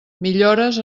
millores